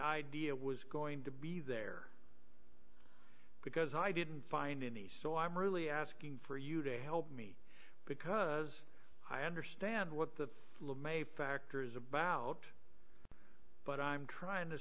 idea was going to be there because i didn't find any so i'm really asking for you to help me because i understand what the flume a factor is about but i'm trying to